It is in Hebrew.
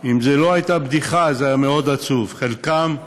אם זו לא הייתה בדיחה, זה היה מאוד עצוב, חלקם,